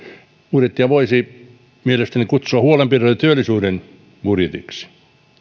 budjettia voisi mielestäni kutsua huolenpidon ja työllisyyden budjetiksi